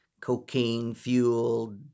cocaine-fueled